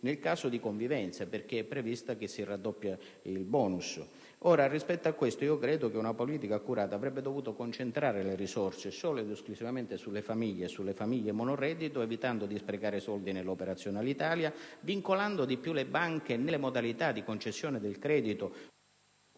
in caso di convivenze, perché è previsto che si raddoppi il *bonus*. Ora, rispetto a questo, io credo che una politica accurata avrebbe dovuto concentrare le risorse solo ed esclusivamente sulle famiglie, in particolare sulle famiglie monoreddito, evitando di sprecare soldi nell'operazione Alitalia, vincolando di più le banche nelle modalità di concessione del credito